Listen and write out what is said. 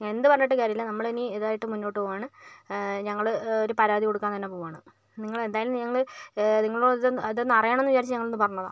എന്ത് പറഞ്ഞിട്ടും കാര്യമില്ല നമ്മളിനി ഇതായിട്ട് മുന്നോട്ട് പോകുവാണ് ഞങ്ങള് ഒരു പരാതി കൊടുക്കാൻ തന്നെ പോകുവാണ് നിങ്ങള് എന്തായാലും നിങ്ങൾ നിങ്ങൾ ഇത് ഇത് ഒന്ന് അറിയണം എന്ന് വിചാരിച്ച് ഞങ്ങളൊന്ന് പറഞ്ഞതാണ്